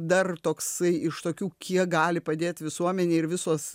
dar toks iš tokių kiek gali padėt visuomenei ir visos